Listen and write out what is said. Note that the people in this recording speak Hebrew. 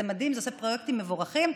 זה מדהים, זה עושה פרויקטים מבורכים.